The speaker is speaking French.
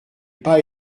pas